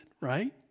right